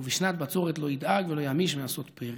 ובשנת בצורת לא ידאג, ולא ימיש מעשות פרי'".